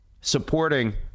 supporting